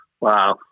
Wow